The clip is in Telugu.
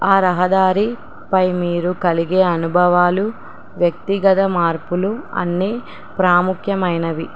ఆ రహదారిపై మీరు కలిగే అనుభవాలు వ్యక్తిగత మార్పులు అన్న ప్రాముఖ్యమైనవి